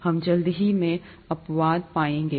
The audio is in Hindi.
हम जल्दी से अपवाद पाएंगे